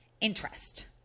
interest